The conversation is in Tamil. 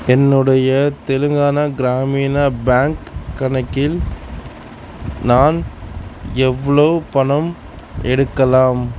என்னுடைய தெலுங்கானா கிராமினா பேங்க் கணக்கில் நான் எவ்வளோ பணம் எடுக்கலாம்